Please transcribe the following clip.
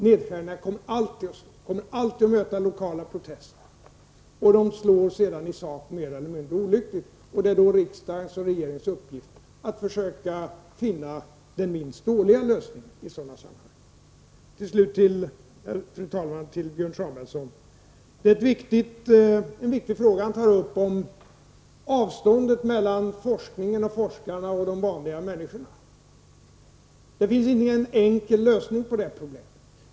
Nedskärningar kommer alltid att möta lokala protester, och de slår sedan i sak mer eller mindre olyckligt. Det är riksdagens och regeringens uppgift att i sådana sammahang försöka finna den minst dåliga lösningen. Till sist, fru talman, några ord till Björn Samuelson. Det var en viktig fråga han tog upp när han talade om avståndet mellan forskningen och forskarna och de vanliga människorna. Det finns ingen enkel lösning på det problemet.